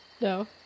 no